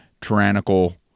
tyrannical